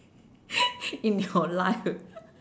in your life